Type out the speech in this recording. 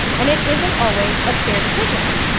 and it isn't always a clear decision.